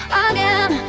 again